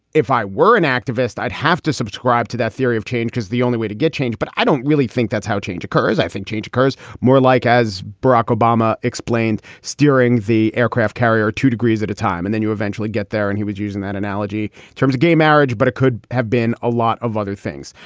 if i were an activist, i'd have to subscribe to that theory of change, because the only way to get change. but i don't really think that's how change occurs. i think change occurs more like, as barack obama explained, steering the aircraft carrier to degrees at a time and then you eventually get there. and he was using that analogy terms of gay marriage, but it could have been a lot of other things.